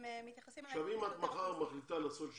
אם מחר את מחליטה לעשות שביתה,